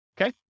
Okay